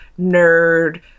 nerd